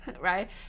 right